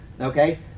Okay